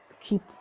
keep